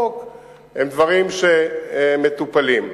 הם דברים שמטופלים.